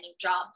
jobs